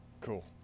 Cool